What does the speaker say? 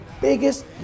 biggest